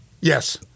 Yes